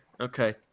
okay